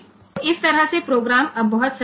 તો આ રીતે પ્રોગ્રામ હવે ખૂબ જ સરળ છે